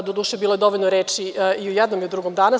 Doduše, bilo je dovoljno reči i o jednom i o drugom danas.